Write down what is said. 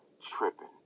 tripping